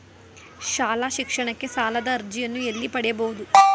ಶಾಲಾ ಶಿಕ್ಷಣಕ್ಕೆ ಸಾಲದ ಅರ್ಜಿಯನ್ನು ಎಲ್ಲಿ ಪಡೆಯಬಹುದು?